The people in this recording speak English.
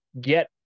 get